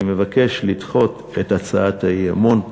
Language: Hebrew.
אני מבקש לדחות את הצעת האי-אמון.